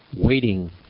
waiting